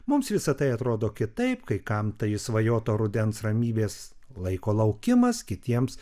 mums visa tai atrodo kitaip kai kam tai išsvajoto rudens ramybės laiko laukimas kitiems